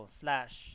slash